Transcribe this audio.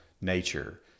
nature